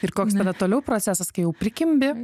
ir koks tada toliau procesas kai jau prikimbi